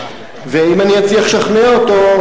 ואם אני אצליח לשכנע אותו,